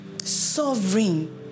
Sovereign